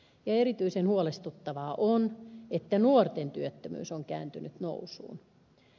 erityisen huolestuttavaa on että nuorten työttömyys on kääntynyt nousuun